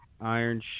Iron